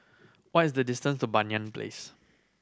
what is the distance to Banyan Place